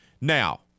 Now